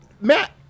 Matt